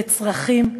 בצרכים.